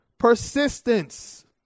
persistence